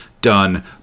done